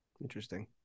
Interesting